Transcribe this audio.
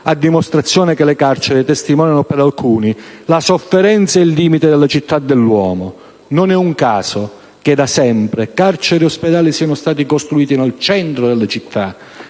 a dimostrazione che le carceri testimoniano per alcuni la sofferenza e il limite della città dell'uomo. Non è un caso che da sempre carceri e ospedali siano state costruite nel centro delle città,